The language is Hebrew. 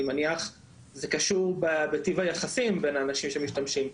אני מניח שזה קשור בטיב היחסים בין האנשים שמשתמשים,